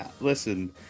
Listen